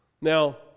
Now